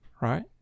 right